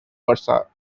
versa